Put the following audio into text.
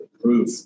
proof